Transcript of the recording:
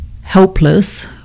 helpless